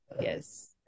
Yes